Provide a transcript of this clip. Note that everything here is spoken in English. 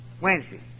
Wednesday